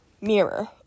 Mirror